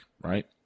right